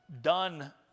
done